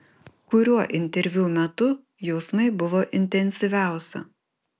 kuriuo interviu metu jausmai buvo intensyviausi